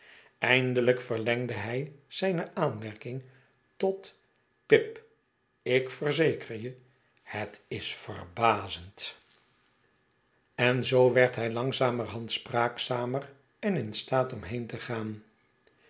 eindelijk verlengde hij zijne aanmerking tot pip ik verzeker je het is verbazendl en zoo werd hij langzamerhand spraakzamer en in staat om heen te gaan